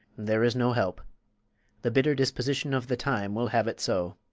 there is no help the bitter disposition of the time will have it so.